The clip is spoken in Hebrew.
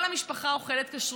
כל המשפחה אוכלת כשר.